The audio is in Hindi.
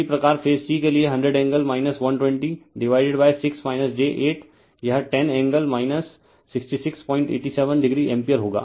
इसी प्रकार फेज c के लिए 100 एंगल 120 डिवाइडेड 6 j 8 यह 10 एंगल 6687 o एम्पीयर होगा